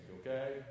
okay